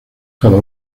cada